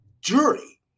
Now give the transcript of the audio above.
jury